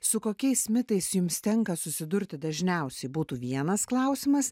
su kokiais mitais jums tenka susidurti dažniausiai būtų vienas klausimas